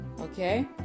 Okay